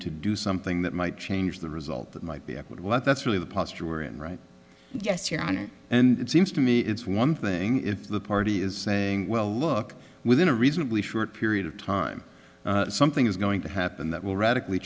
to do something that might change the result that might be equitable that's really the posture we're in right yes your honor and it seems to me it's one thing if the party is saying well look within a reasonably short period of time something is going to happen that will radically